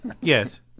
Yes